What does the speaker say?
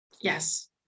Yes